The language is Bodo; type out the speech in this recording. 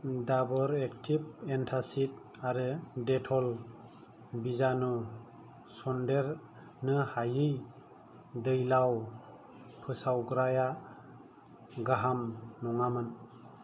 दाबर एक्टिव एन्टासिद आरो डेट'ल बिजानु सन्देरनोहायि दैलाव फोसाबग्राया गाहाम नङामोन